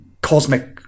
cosmic